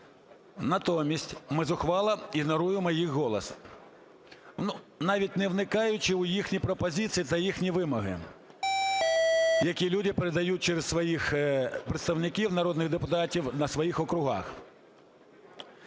Натомість ми зухвало ігноруємо їх голос, навіть не вникаючи у їхні пропозиції та їхні вимоги, які люди передають через своїх представників народних депутатів на своїх округах.